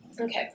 Okay